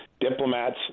Diplomats